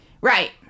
Right